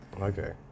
Okay